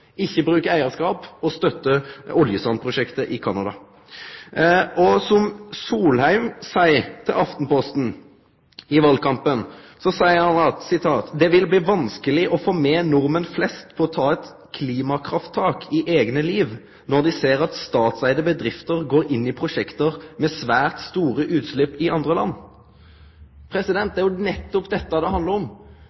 og støttar oljesandprosjektet i Canada. Solheim sa til Aftenposten i valkampen at «det vil bli vanskelig å få med nordmenn flest på å ta et klima-krafttak i egne liv, når de ser at statseide bedrifter går inn i prosjekter med svært store utslipp i andre land».